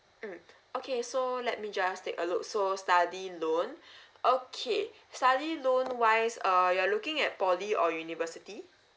mm okay so let me just take a look so study loan okay study loan wise uh you're looking at poly or university